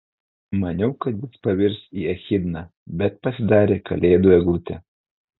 maniau kad jis pavirs į echidną bet pasidarė kalėdų eglutė